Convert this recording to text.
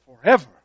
forever